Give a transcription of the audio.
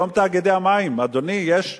היום תאגידי המים, אדוני, יש,